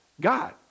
God